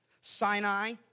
Sinai